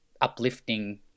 uplifting